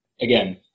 again